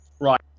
Right